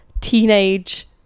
teenage